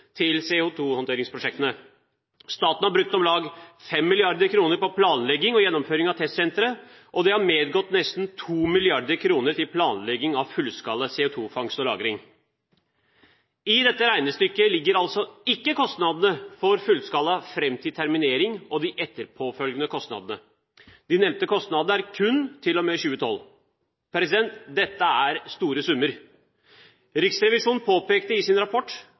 til CO2-håndteringsprosjektene. Staten har brukt om lag 5 mrd. kr på planlegging og gjennomføring av testsenteret, og det har medgått nesten 2 mrd. kr til planlegging av fullskala CO2-fangst og -lagring. I dette regnestykket ligger altså ikke kostnadene for fullskala fram til terminering og de etterpåfølgende kostnadene. De nevnte kostnadene er kun til og med 2012. Dette er store summer. Riksrevisjonen påpekte i sin rapport